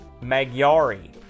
Magyari